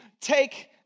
take